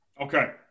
Okay